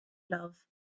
love